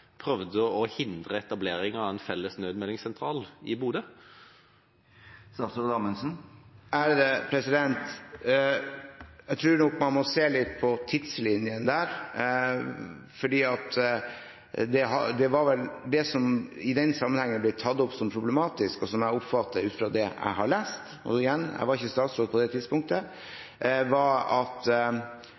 prøvde å hindre etableringen av en felles nødmeldingssentral i Bodø? Jeg tror nok man må se litt på tidslinjene der. Det var vel det som i den sammenhengen ble tatt opp som problematisk. Det jeg oppfatter, ut fra det jeg har lest – men igjen: jeg var ikke statsråd på det tidspunktet – var at